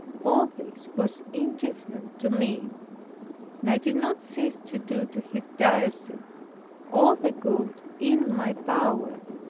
all this was indifferent to me and i did not cease to do to his diocese all the good in my power.